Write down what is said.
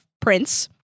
Prince